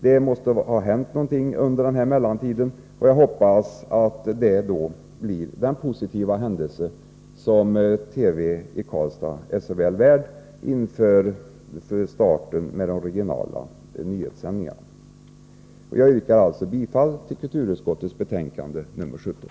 Det måtte ha hänt någonting under mellantiden, och jag hoppas att det då blir den positiva händelse som TV i Karlstad är så väl värd inför starten av de regionala nyhetssändningarna. Jag yrkar bifall till kulturutskottets hemställan i betänkande nr 17.